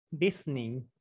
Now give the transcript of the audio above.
listening